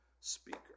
speaker